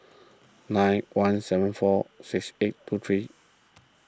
nine one seven four six eight two three